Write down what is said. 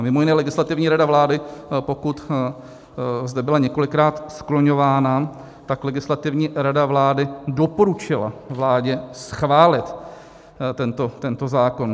Mimo jiné Legislativní rada vlády, pokud zde byla několikrát skloňována, tak Legislativní rada vlády doporučila vládě schválit tento zákon.